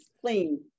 clean